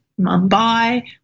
Mumbai